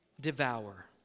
devour